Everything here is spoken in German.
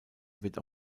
wird